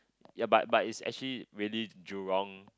ya but but it's actually really Jurong